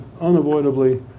unavoidably